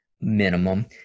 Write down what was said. minimum